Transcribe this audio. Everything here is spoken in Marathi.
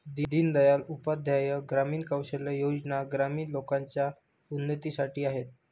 दीन दयाल उपाध्याय ग्रामीण कौशल्या योजना ग्रामीण लोकांच्या उन्नतीसाठी आहेत